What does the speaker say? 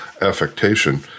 affectation